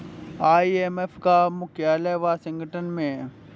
IMF का मुख्यालय Washington में है